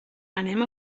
anem